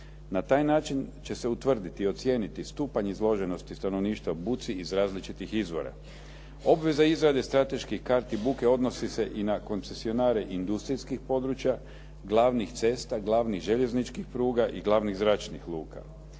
Na taj način će se utvrditi i ocijeniti stupanj izloženosti stanovništva buci iz različitih izvora. Obveza izrade strateških karti buke odnosi se i na koncesionare industrijskih područja, glavnih cesta, glavnih željezničkih pruga i glavnih zračnih luka.